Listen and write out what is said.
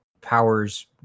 powers